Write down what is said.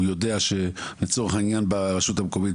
הוא יודע שברשות המקומית,